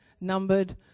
numbered